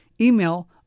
email